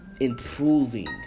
improving